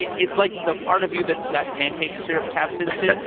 it's like the part of you that that pancake syrup taps into